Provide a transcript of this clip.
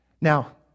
Now